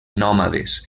nòmades